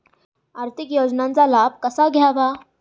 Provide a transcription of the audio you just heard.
आर्थिक योजनांचा लाभ कसा घ्यावा?